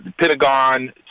Pentagon